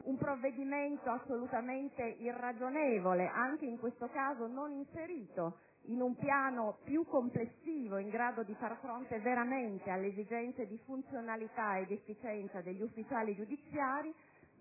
dicembre 2009 - assolutamente irragionevole e, anche in questo caso, non inserito in un piano più complessivo, in grado di far fronte veramente alle esigenze di funzionalità ed efficienza degli ufficiali giudiziari